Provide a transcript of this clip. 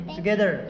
together